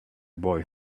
boy